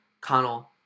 Connell